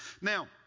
Now